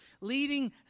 leading